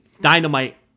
dynamite